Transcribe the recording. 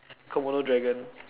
komodo dragon